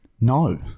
no